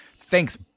Thanks